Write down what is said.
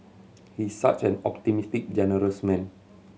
he is such an optimistic generous man